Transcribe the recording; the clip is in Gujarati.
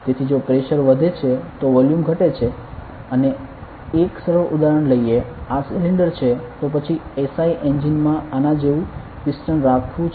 તેથી જો પ્રેશર વધે છે તો વોલ્યુમ ઘટે છે અને એક સરળ ઉદાહરણ લઈએ આ સિલિન્ડર છે તો પછી SI એન્જિન મા આના જેવુ પિસ્ટન રાખવું છે